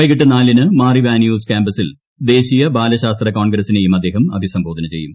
വൈകിട്ട് നാലിന് മാർ ഇവാനിയോസ് ക്യാമ്പസിൽ ദേശീയ ബാലശാസ്ത്ര കോൺഗ്രസിനെയും അദ്ദേഹം അഭിസംബോധന ചെയ്യും